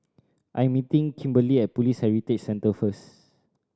I'm meeting Kimberly at Police Heritage Centre first